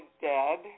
dead